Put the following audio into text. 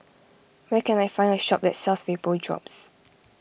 where can I find a shop that sells Vapodrops